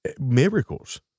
Miracles